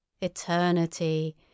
Eternity